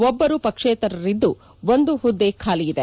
ಒಬ್ಬರು ಪಕ್ಷೇತರರಿದ್ದು ಒಂದು ಹುದ್ದೆ ಖಾಲಿ ಇದೆ